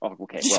okay